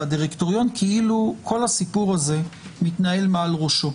והדירקטוריון כאילו כל הסיפור הזה מתנהל מעל ראשו.